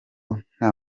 nta